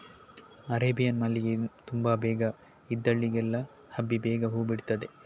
Arabian ಮಲ್ಲಿಗೆ ತುಂಬಾ ಬೇಗ ಇದ್ದಲ್ಲಿಗೆಲ್ಲ ಹಬ್ಬಿ ಬೇಗ ಹೂ ಬಿಡ್ತದೆ